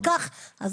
עשרות שנים.